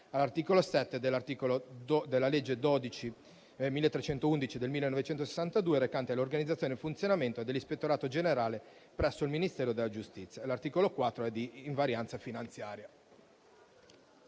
all'articolo 7 della legge n. 1311 del 1962, recante l'organizzazione e il funzionamento dell'ispettorato generale presso il Ministero della giustizia. L'articolo 24 è di invarianza finanziaria.